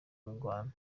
ngwano